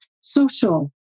social